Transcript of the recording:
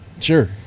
Sure